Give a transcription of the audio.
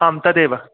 आम् तदेव